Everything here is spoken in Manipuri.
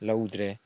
ꯂꯧꯗ꯭ꯔꯦ